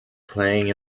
playing